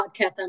podcast